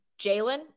Jalen